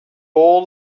all